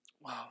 Wow